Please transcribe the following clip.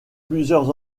plusieurs